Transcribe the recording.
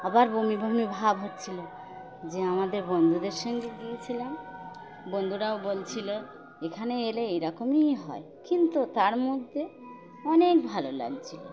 আবার বমি বমি ভাব হচ্ছিল যে আমাদের বন্ধুদের সঙ্গে গিয়েছিলাম বন্ধুরাও বলছিল এখানে এলে এইরকমই হয় কিন্তু তার মধ্যে অনেক ভালো লাগছিল